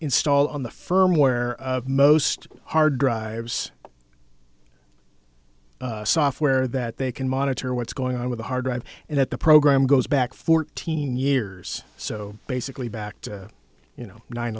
install on the firmware of most hard drives software that they can monitor what's going on with the hard drive and at the program goes back fourteen years so basically back to you know nine